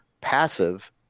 passive